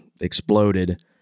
exploded